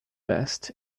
best